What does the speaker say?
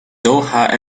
doha